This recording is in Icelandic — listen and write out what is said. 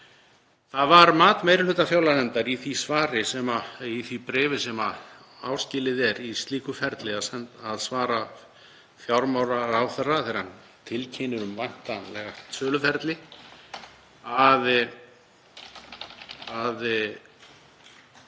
Það var mat meiri hluta fjárlaganefndar í því bréfi sem áskilið er í slíku ferli að svara fjármálaráðherra þegar hann tilkynnir um væntanlegt söluferli að